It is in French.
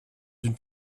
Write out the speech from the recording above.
une